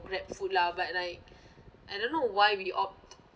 GrabFood lah but like I don't know why we opt